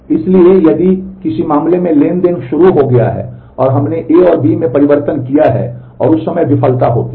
इसलिए यदि किसी मामले में ट्रांज़ैक्शन शुरू हो गया है और हमने A और B में परिवर्तन किए हैं और उस समय विफलता होती है